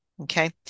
Okay